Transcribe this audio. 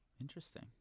Interesting